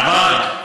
בעבר,